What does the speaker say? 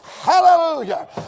hallelujah